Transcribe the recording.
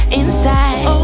inside